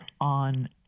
on